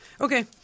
Okay